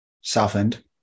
Southend